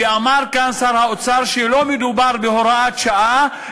ואמר כאן שר האוצר שלא מדובר בהוראת שעה,